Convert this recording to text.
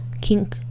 King